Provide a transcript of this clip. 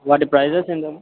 వాటి ప్రైసెస్ ఎంత